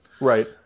Right